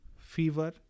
fever